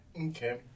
Okay